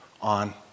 on